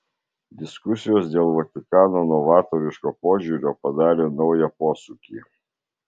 diskusijos dėl vatikano novatoriško požiūrio padarė naują posūkį